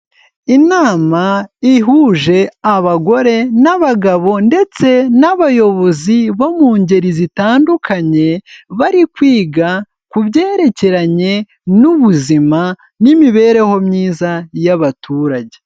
Inama ihuje abagore n'abagabo ndetse n'abayobozi bo mu ngeri zitandukanye, bari kwiga ku byerekeranye n'ubuzima n'imibereho myiza y'abaturage.